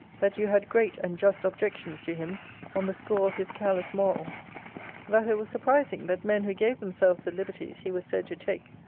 that you had great and just objections to him on the score of his careless morals that it was surprising, that men who gave themselves the liberties he was said to take,